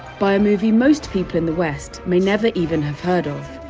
by a movie most people in the west, may never even have heard of.